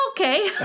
okay